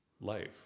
life